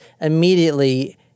immediately